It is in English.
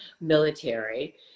military